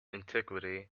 antiquity